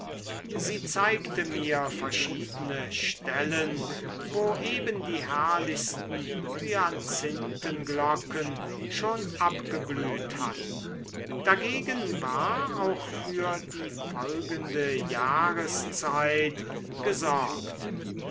sie zeigte mir verschiedene stellen wo eben die herrlichsten hyazinthenglocken schon abgeblüht hatten dagegen war auch für die folgenden jahrszeiten gesorgt